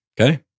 Okay